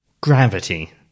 Gravity